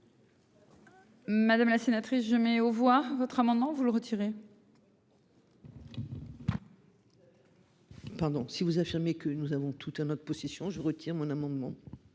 Madame la sénatrice, je mets aux voix votre amendement, vous le retirer. Pardon si vous affirmez que nous avons tout en notre possession, je retire mon amendement.